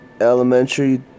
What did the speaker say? elementary